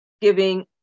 giving